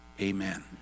Amen